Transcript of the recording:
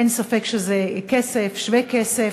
אין ספק שזה כסף, שווה כסף,